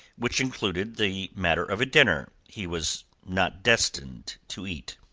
which included the matter of a dinner he was not destined to eat.